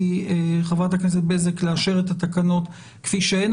חברת הכנסת בזק לאשר את התקנות כפי שהן,